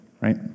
right